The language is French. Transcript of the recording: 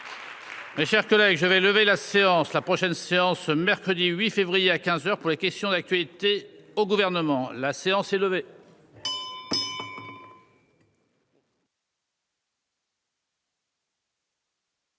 Mes chers collègues, je vais lever la séance. La prochaine séance ce mercredi 8 février à 15h pour les questions d'actualité au gouvernement. La séance est levée.